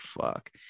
fuck